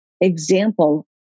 example